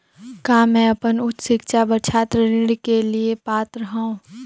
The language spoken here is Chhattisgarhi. का मैं अपन उच्च शिक्षा बर छात्र ऋण के लिए पात्र हंव?